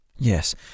Yes